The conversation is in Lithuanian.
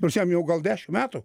nors jam jau gal dešim metų